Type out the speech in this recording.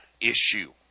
issue